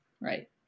Right